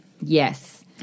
Yes